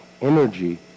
energy